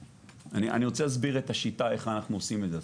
אני רוצה להסביר את השיטה איך אנחנו עושים את זה.